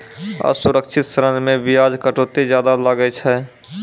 असुरक्षित ऋण मे बियाज कटौती जादा लागै छै